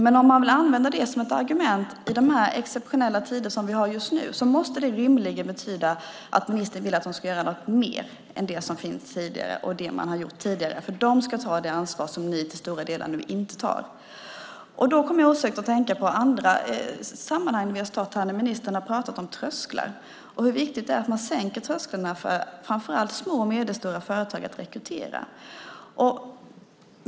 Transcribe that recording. Men om man vill använda det som ett argument i de exceptionella tider vi har just nu måste det rimligen betyda att ministern vill att de ska göra något mer än det som de har gjort tidigare. De ska ta det ansvar som ni till stora delar nu inte tar. Då kommer jag osökt att tänka på andra sammanhang då vi har stått här och ministern har pratat om trösklar och hur viktigt det är att man sänker trösklarna för framför allt små och medelstora företag när det gäller att rekrytera.